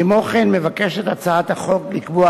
כמו כן מבקשת הצעת החוק לקבוע